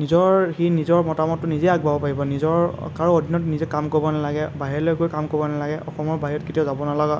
নিজৰ সি নিজৰ মতামতটো নিজেই আগবঢ়াব পাৰিব নিজৰ কাৰো অধীনত নিজে কাম কৰিব নালাগে বাহিৰলৈ গৈ কাম কৰিব নালাগে অসমৰ বাহিৰত কেতিয়াও যাব নালাগে